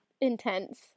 intense